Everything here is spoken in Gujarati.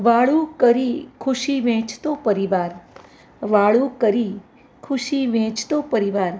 વાળું કરી ખુશી વહેંચતો પરિવાર વાળું કરી ખુશી વહેંચતો પરિવાર